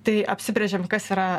tai apsibrėžėm kas yra